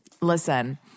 Listen